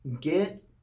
get